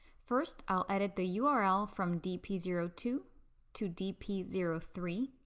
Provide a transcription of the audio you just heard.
first, i'll edit the yeah url from d p zero two to d p zero three.